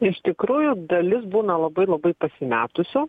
iš tikrųjų dalis būna labai labai pasimetusių